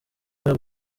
umwe